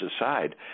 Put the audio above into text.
aside